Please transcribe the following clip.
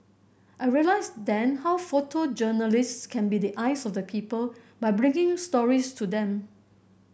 I realised then how photojournalist can be the eyes of the people by bringing stories to them